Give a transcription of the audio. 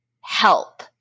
help